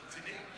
אתה רציני?